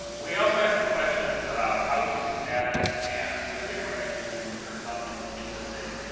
we also asked some questions about housing status and living arrangements. there are some and interesting